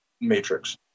matrix